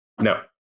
No